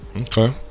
Okay